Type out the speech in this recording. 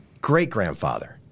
great-grandfather